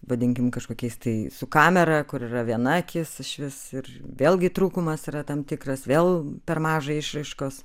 vadinkim kažkokiais tai su kamera kur yra viena akis išvis ir vėlgi trūkumas yra tam tikras vėl per maža išraiškos